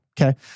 Okay